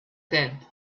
tent